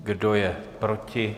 Kdo je proti?